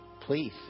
Please